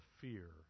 fear